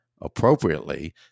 appropriately